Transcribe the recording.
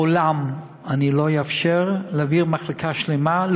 לעולם אני לא אאפשר להעביר מחלקה שלמה,